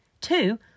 Two